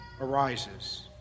arises